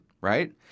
Right